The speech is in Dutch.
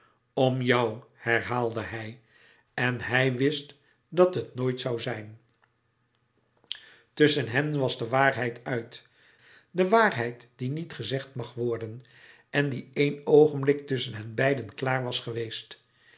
om jou herhaalde hij en hij wist dat het nooit zoû zijn tusschen hen was de waarheid uit de waarheid die niet gezegd mag worden en die één oogenblik tusschen hen beiden klaar was geweest